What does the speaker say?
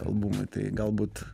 albumui tai galbūt